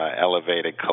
elevated